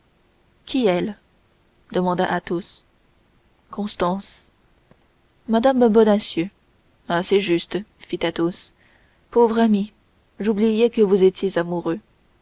qui elle demanda athos constance mme bonacieux ah c'est juste fit athos pauvre ami j'oubliais que vous étiez amoureux